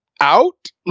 out